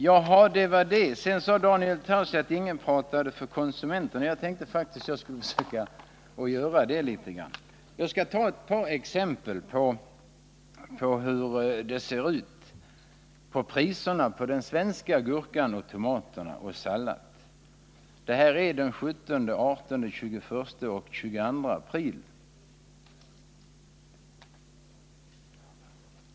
Daniel Tarschys sade att ingen talade för konsumenterna, men jag tänkte faktiskt försöka göra det litet grand. Jag skall ta ett par exempel på hur priserna på svenska gurkor, tomater och salladshuvuden såg ut den 17, 18, 21 och 22 april.